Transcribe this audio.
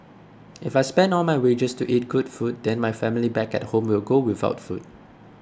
if I spend all my wages to eat good food then my family back at home will go without food